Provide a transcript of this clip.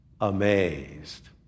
amazed